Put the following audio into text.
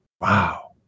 Wow